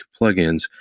plugins